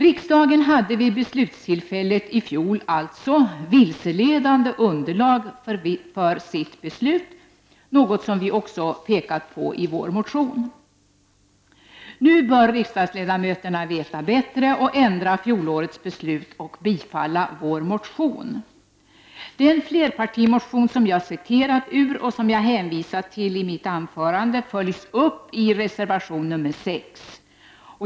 Riksdagen hade vid det aktuella beslutstillfället i fjol alltså ett vilseledande underlag för sitt beslut, något som vi pekar på i vår motion. Nu bör riksdagsledamöterna veta bättre och således bidra till en ändring av fjolårets beslut genom att bifalla vår motion. Den trepartimotion som jag har citerat ur och som jag hänvisar till i mitt anförande följs upp i reservation nr 6.